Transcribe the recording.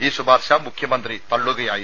ഈ ശുപാർശ മുഖ്യമന്ത്രി തള്ളുകയായിരുന്നു